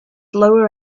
lower